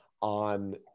on